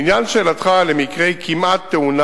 4. לעניין שאלתך על מקרי כמעט-תאונה,